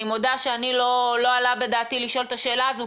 אני מודה שלא עלה בדעתי לשאול את השאלה הזו,